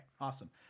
awesome